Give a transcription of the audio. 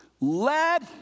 Let